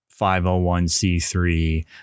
501c3